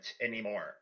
anymore